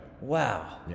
Wow